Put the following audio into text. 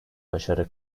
başarı